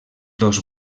dos